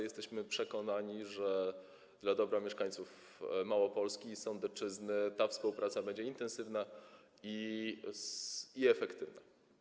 Jesteśmy przekonani, że dla dobra mieszkańców Małopolski i Sądecczyzny ta współpraca będzie intensywna i efektywna.